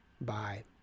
Bye